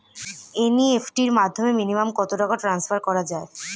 NEFT র মাধ্যমে minimum কত টাকা টান্সফার করা যায়?